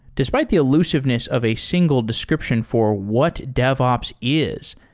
despite the elusiveness of a single description for what devops is,